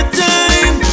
time